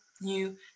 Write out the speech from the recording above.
new